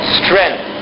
strength